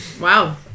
Wow